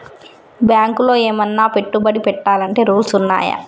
బ్యాంకులో ఏమన్నా పెట్టుబడి పెట్టాలంటే రూల్స్ ఉన్నయా?